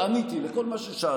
ועניתי על כל מה ששאלתם,